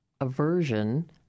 aversion